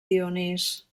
dionís